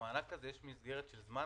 למענק הזה יש מסגרת של זמן?